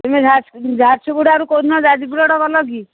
ତୁମେ ଝାରସୁଗୁଡ଼ାରୁ କୋଉଦିନ ଜାଜପୁର ରୋଡ୍ ଗଲ କି